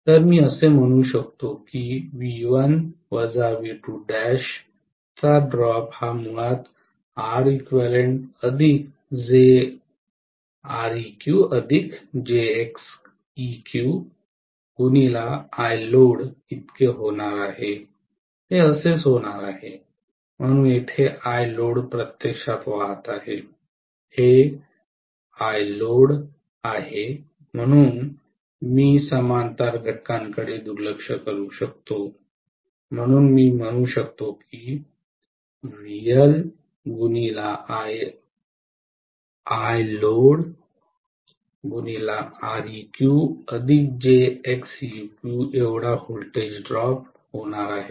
तर मी असे म्हणू शकतो की V1 ड्रॉप हा मुळात होणार आहे हे असेच होणार आहे म्हणून येथे ILoad प्रत्यक्षात वाहत आहे हे ILoad आहे म्हणून मी समांतर घटकांकडे दुर्लक्ष करू शकतो म्हणून मी म्हणू शकतो की एवढा व्होल्टेज ड्रॉप होणार आहे